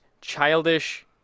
childish